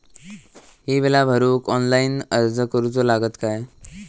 ही बीला भरूक ऑनलाइन अर्ज करूचो लागत काय?